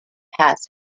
has